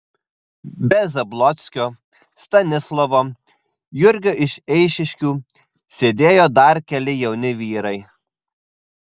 be zablockio stanislovo jurgio iš eišiškių sėdėjo dar keli jauni vyrai